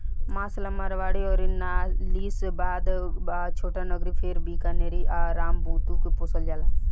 मांस ला मारवाड़ी अउर नालीशबाबाद आ छोटानगरी फेर बीकानेरी आ रामबुतु के पोसल जाला